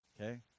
Okay